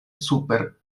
super